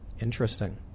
Interesting